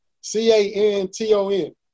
C-A-N-T-O-N